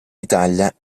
italia